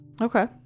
okay